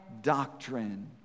doctrine